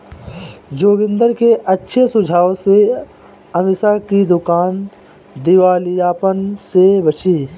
जोगिंदर के अच्छे सुझाव से अमीषा की दुकान दिवालियापन से बची